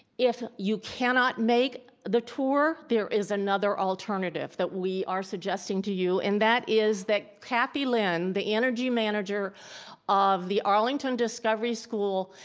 if you cannot make the tour, there is another alternative that we are suggesting to you, and that is that cathy lin, the energy manager of the arlington discovery school,